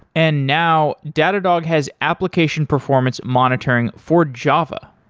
and now datadog has application performance monitoring for java.